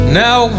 now